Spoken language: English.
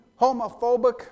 homophobic